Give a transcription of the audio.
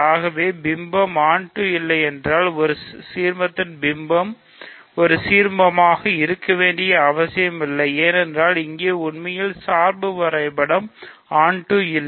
ஆகவே பிம்பம் onto இல்லையென்றால் ஒரு சீர்மத்தின் பிம்பம் ஒரு சீர்மமாக இருக்க வேண்டிய அவசியமில்லை ஏனென்றால் இங்கே உண்மையில் சார்பு வரைபடம் onto இல்லை